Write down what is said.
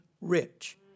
rich